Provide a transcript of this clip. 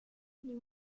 les